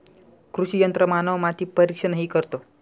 कृषी यंत्रमानव माती परीक्षणही करतो